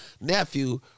nephew